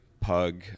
pug